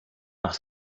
nach